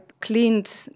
cleaned